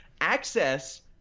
Access